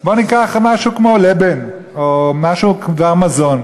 בוא ניקח משהו כמו לבן, או משהו שמוגדר מזון.